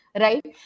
right